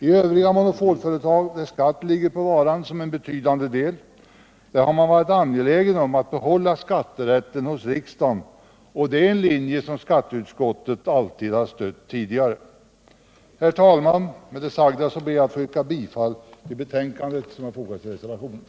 I övriga monopolföretag där skatt ligger på varan som en betydande del har man varit angelägen om att behålla skatterätten hos riksdagen. Detta är en linje som skatteutskottet alltid har stött tidigare. Herr talman! Med det sagda ber jag att få yrka bifall till den vid betänkandet fogade reservationen.